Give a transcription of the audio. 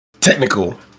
technical